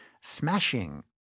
Smashing